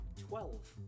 Twelve